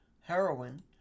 heroin